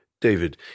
David